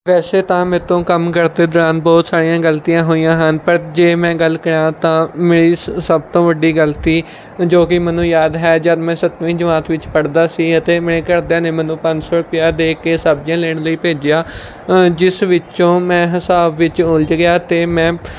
ਵੈਸੇ ਤਾਂ ਮੇਰੇ ਤੋਂ ਕੰਮ ਕਰਦੇ ਦੌਰਾਨ ਬਹੁਤ ਸਾਰੀਆਂ ਗਲਤੀਆਂ ਹੋਈਆਂ ਹਨ ਪਰ ਜੇ ਮੈਂ ਗੱਲ ਕਰਾਂ ਤਾਂ ਮੇਰੀ ਸ ਸਭ ਤੋਂ ਵੱਡੀ ਗਲਤੀ ਜੋ ਕਿ ਮੈਨੂੰ ਯਾਦ ਹੈ ਜਦ ਮੈਂ ਸੱਤਵੀਂ ਜਮਾਤ ਵਿੱਚ ਪੜ੍ਹਦਾ ਸੀ ਅਤੇ ਮੈਂ ਘਰਦਿਆਂ ਨੇ ਮੈਨੂੰ ਪੰਜ ਸੌ ਰੁਪਇਆ ਦੇ ਕੇ ਸਬਜ਼ੀਆਂ ਲੈਣ ਲਈ ਭੇਜਿਆ ਜਿਸ ਵਿੱਚੋਂ ਮੈਂ ਹਿਸਾਬ ਵਿੱਚ ਉਲਝ ਗਿਆ ਅਤੇ ਮੈਂ